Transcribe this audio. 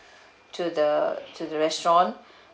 to the to the restaurant